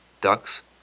ducks